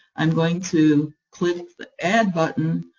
i'm going to click the add button,